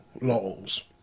laws